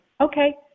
Okay